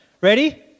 Ready